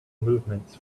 movements